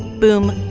boom,